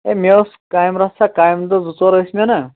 ہے مےٚ ٲس کامہِ رژاہ کامہِ دۄہ زٕ ژور ٲسۍ مےٚ نَہ